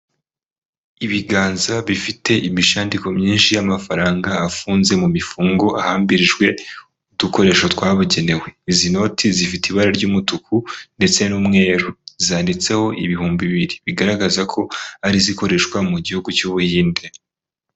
Ibiganza bifite imishandiko myinshi y'amafaranga afunze mu mifungo, ahambirijwe udukoresho twabugenewe, izi noti zifite ibara ry'umutuku ndetse n'umweru, zanditseho ibihumbi bibiri bigaragaza ko ari izikoreshwa mu gihugu cy'Ubuhinde.